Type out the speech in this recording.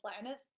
planners